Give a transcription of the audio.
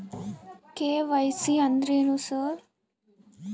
KYC ಅಂದ್ರೇನು sir?